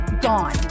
gone